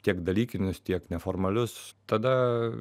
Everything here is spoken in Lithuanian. tiek dalykinius tiek neformalius tada